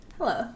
Hello